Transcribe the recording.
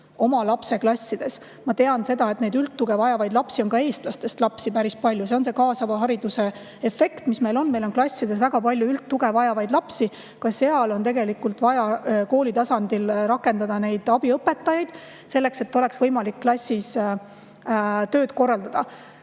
oma laste klassides on, ma tean seda, üldtuge vajavaid lapsi ka eestlaste hulgas päris palju. See on kaasava hariduse efekt, mis meil on: meil on klassides väga palju üldtuge vajavaid lapsi. Ka sel põhjusel on tegelikult vaja kooli tasandil rakendada abiõpetajaid, et oleks võimalik klassis tööd korraldada.